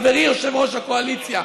חברי יושב-ראש הקואליציה,